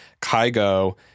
Kygo